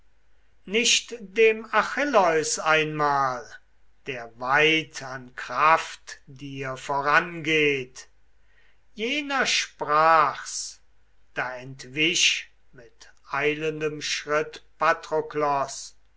nicht dem achilleus einmal der weit an kraft dir vorangeht jener sprach's da entwich mit eilendem